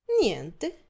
Niente